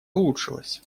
улучшилась